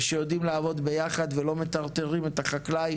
ושיודעים לעבוד ביחד ולא מטרטרים את החקלאים